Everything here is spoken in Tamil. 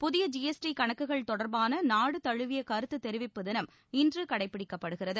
புதிய ஜி எஸ் டி கணக்குகள் தொடர்பான நாடு தழுவிய கருத்து தெரிவிப்பு தினம் இன்று கடைப்பிடிக்கப்படுகிறது